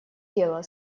дело